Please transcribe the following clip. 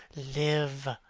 live!